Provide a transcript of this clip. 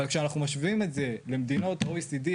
אבל כשאנחנו משווים את זה למדינות ה-OECD,